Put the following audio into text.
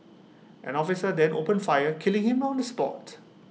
an officer then opened fire killing him on the spot